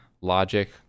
logic